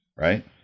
right